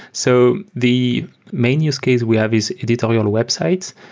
so the main use case we have is editorial website.